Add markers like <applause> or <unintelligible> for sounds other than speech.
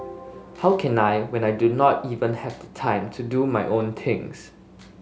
how can I when I do not even have <unintelligible> time to do my own things